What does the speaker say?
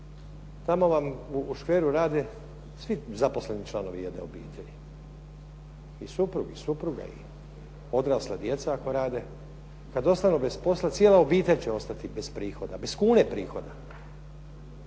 tamo vam u škveru rade svi zaposleni članovi jedne obitelji. I suprug i supruga i odrasla djeca ako rade, kad ostanu bez posla cijela obitelj će ostati bez prihoda, bez kune prihoda.